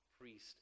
priest